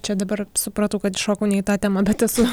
čia dabar supratau kad įšokau ne į tą temą bet esu